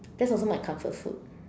that's also my comfort food